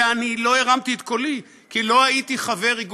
ואני לא הרמתי את קולי, כי לא הייתי יהודי.